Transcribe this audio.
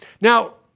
Now